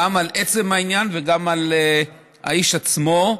גם על עצם העניין וגם על האיש עצמו,